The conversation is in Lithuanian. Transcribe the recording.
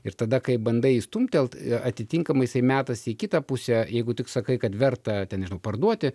ir tada kai bandai jį stumtelt atitinkamai jisai metasi į kitą pusę jeigu tik sakai kad verta ten parduoti